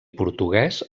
portuguès